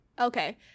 Okay